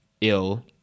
ill